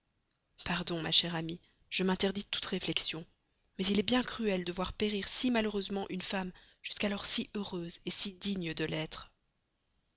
pardon ma chère amie je m'interdis toute réflexion mais il est bien cruel de voir périr si malheureusement une femme jusqu'alors si heureuse si digne de l'être